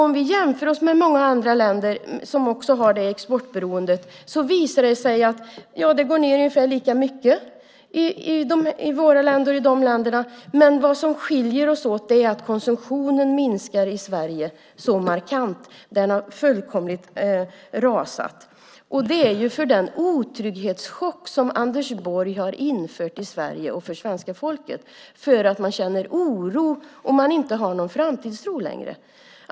Om vi jämför oss med många andra länder som också har det exportberoendet visar det sig att det går ned ungefär lika mycket hos oss som i de länderna. Det som skiljer är att konsumtionen i Sverige minskar så markant. Den har fullkomligt rasat. Det är på grund av den otrygghetschock som genom Anders Borg har drabbat Sverige och svenska folket. Man känner oro. Man har inte längre någon framtidstro.